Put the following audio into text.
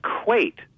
equate